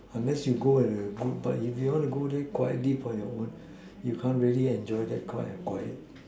unless you go in a group but if you want to go there quietly on your own you can't really enjoy that quiet quiet